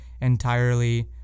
entirely